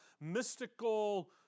mystical